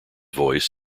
voice